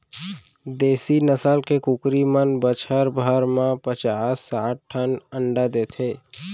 देसी नसल के कुकरी मन बछर भर म पचास साठ ठन अंडा देथे